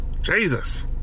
Jesus